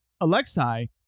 Alexei